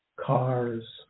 cars